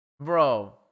bro